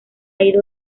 ido